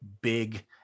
big